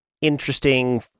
Interesting